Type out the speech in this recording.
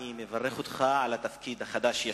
אני מברך אותך על התפקיד החדש-ישן.